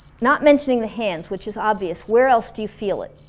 not mentioning the hands, which is obvious, where else do you feel it?